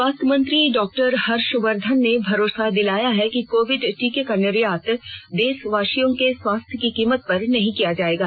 स्वास्थ्य मंत्री डॉ हर्षवर्धन ने भरोसा दिलाया है कि कोविड टीके का निर्यात देशवासियों के स्वस्थ्य की कीमत पर नहीं किया जाएगा